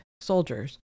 soldiers